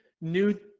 new